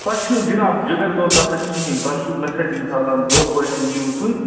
تۄہہِ چھُنہٕ حظ جِناب جِگر میون تَتھ سۭتۍ کِہیٖنۍ تۄہہِ چھُ مےٚ سۭتۍ مِثالَن دۄہ پٲٹھ یِیِو تُہۍ